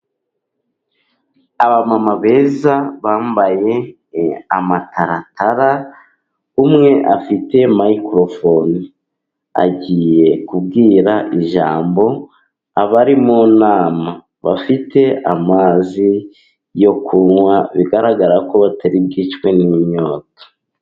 Abamama beza bambaye amataratara. Umwe afite mikorofone agiye kubwira ijambo abari mu nama. Bafite amazi yo kunywa bigaragara ko batari bwicwe n'inyota.